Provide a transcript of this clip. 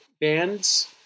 bands